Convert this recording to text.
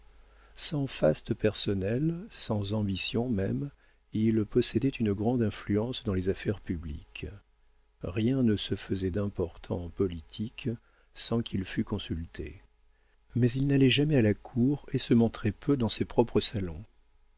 sans faste personnel sans ambition même il possédait une grande influence dans les affaires publiques rien ne se faisait d'important en politique sans qu'il fût consulté mais il n'allait jamais à la cour et se montrait peu dans ses propres salons